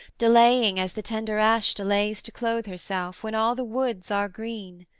delaying as the tender ash delays to clothe herself, when all the woods are green?